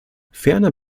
ferner